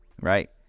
right